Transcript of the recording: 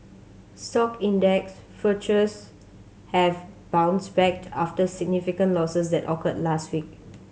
stock index futures have bounced back after significant losses that occurred last week